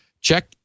check